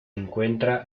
encuentra